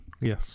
Yes